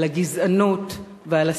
על הגזענות ועל השנאה.